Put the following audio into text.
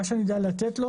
מה שאני יודע לתת לו